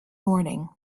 morning